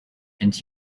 and